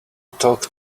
talk